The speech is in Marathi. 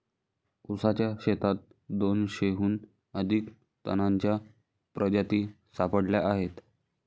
ऊसाच्या शेतात दोनशेहून अधिक तणांच्या प्रजाती सापडल्या आहेत